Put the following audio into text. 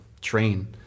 train